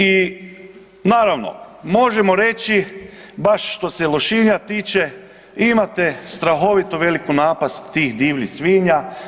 I naravno možemo reći baš što se Lošinja tiče, imate strahovito veliku napast tih divljih svinja.